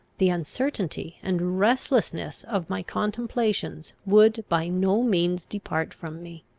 the uncertainty and restlessness of my contemplations would by no means depart from me.